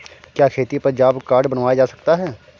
क्या खेती पर जॉब कार्ड बनवाया जा सकता है?